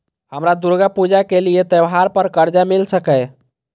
हमरा दुर्गा पूजा के लिए त्योहार पर कर्जा मिल सकय?